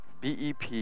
BEP